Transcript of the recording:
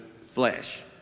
flesh